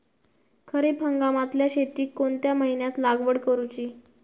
खरीप हंगामातल्या शेतीक कोणत्या महिन्यात लागवड करूची?